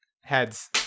heads